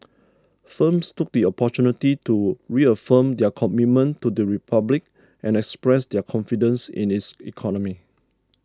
firms took the opportunity to reaffirm their commitment to the Republic and express their confidence in its economy